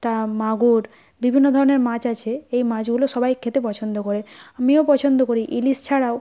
টা মাগুর বিভিন্ন ধরনের মাছ আছে এই মাছগুলো সবাই খেতে পছন্দ করে আমিও পছন্দ করি ইলিশ ছাড়াও